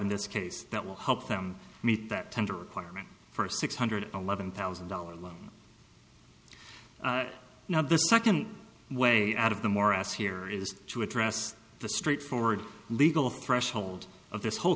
in this case that will help them meet that tender requirement for a six hundred eleven thousand dollars loan now the second way out of the morass here is to address the straightforward legal threshold of this whole